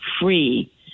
free